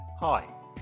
Hi